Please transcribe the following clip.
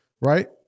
right